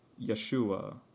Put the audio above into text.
Yeshua